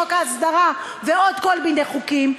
חוק ההסדרה ועוד כל מיני חוקים,